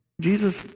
Jesus